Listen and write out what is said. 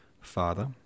father